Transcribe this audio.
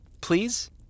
Please